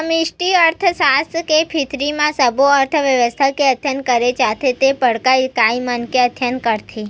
समस्टि अर्थसास्त्र के भीतरी म सब्बो अर्थबेवस्था के अध्ययन करे जाथे ते बड़का इकाई मन के अध्ययन करथे